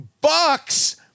Bucks